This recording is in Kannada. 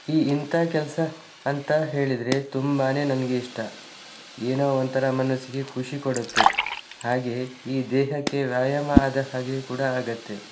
ಈ ಇಂಥ ಕೆಲಸ ಅಂತ ಹೇಳಿದರೆ ತುಂಬಾನೇ ನನಗೆ ಇಷ್ಟ ಏನೋ ಒಂಥರ ಮನಸ್ಸಿಗೆ ಖುಷಿ ಕೊಡುತ್ತೆ ಹಾಗೆಯೇ ಈ ದೇಹಕ್ಕೆ ವ್ಯಾಯಾಮ ಆದ ಹಾಗೆಯೂ ಕೂಡ ಆಗತ್ತೆ